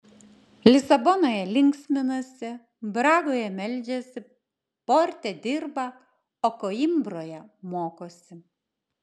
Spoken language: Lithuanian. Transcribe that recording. lisabonoje linksminasi bragoje meldžiasi porte dirba o koimbroje mokosi